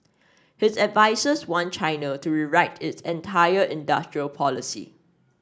his advisers want China to rewrite its entire industrial policy